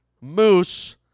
moose